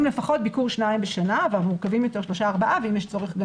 לפחות ביקור או שניים בשנה ובמורכבים יותר 4-3 ואין יש צורך,